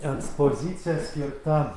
ekspozicija skirta